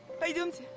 i didn't